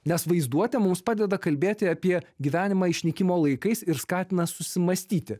nes vaizduotė mums padeda kalbėti apie gyvenimą išnykimo laikais ir skatina susimąstyti